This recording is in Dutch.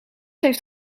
heeft